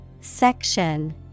Section